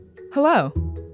Hello